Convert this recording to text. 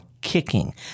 kicking